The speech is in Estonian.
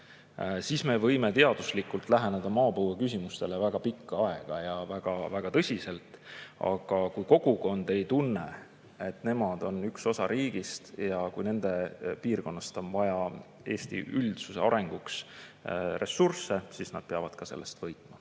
siis me võime maapõueküsimustele teaduslikult läheneda väga pikka aega ja väga tõsiselt, aga kogukond ei tunne, et nemad on üks osa riigist. Kui nende piirkonnast on vaja Eesti üldsuse arenguks ressursse, siis nad peavad sellest ka võitma.